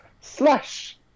slash